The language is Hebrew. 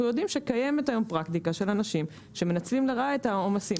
יודעים שקיימת היום פרקטיקה של אנשים שמנצלים לרעה את העומסים.